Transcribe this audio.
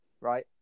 right